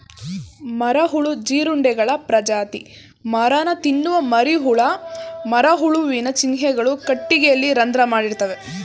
ಮರಹುಳು ಜೀರುಂಡೆಗಳ ಪ್ರಜಾತಿ ಮರನ ತಿನ್ನುವ ಮರಿಹುಳ ಮರಹುಳುವಿನ ಚಿಹ್ನೆಗಳು ಕಟ್ಟಿಗೆಯಲ್ಲಿ ರಂಧ್ರ ಮಾಡಿರ್ತವೆ